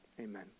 amen